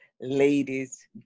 ladies